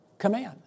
command